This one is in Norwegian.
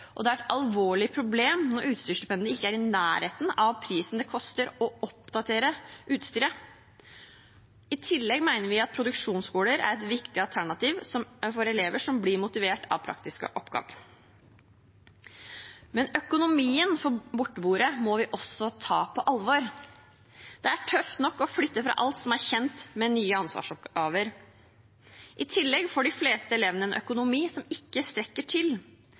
og det er et alvorlig problem når utstyrsstipendene ikke er i nærheten av det det koster å oppdatere utstyret. I tillegg mener vi at produksjonsskoler er et viktig alternativ for elever som blir motivert av praktiske oppgaver. Økonomien for borteboere må vi også ta på alvor. Det er tøft nok å flytte fra alt som er kjent, med nye ansvarsoppgaver. I tillegg får de fleste elevene en økonomi som ikke strekker til.